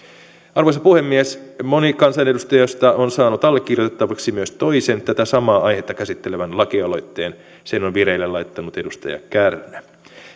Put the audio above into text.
arvoisa puhemies moni kansanedustajista on saanut allekirjoitettavaksi myös toisen tätä samaa aihetta käsittelevän lakialoitteen sen on vireille laittanut edustaja kärnä